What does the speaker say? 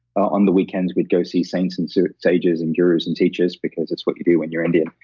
on the weekends, we'd go see saints and so sages and jurors and teachers, because that's what you do when you're indian.